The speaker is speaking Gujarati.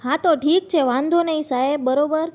હા તો ઠીક છે વાંધો નહીં સાહેબ બરાબર